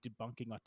debunking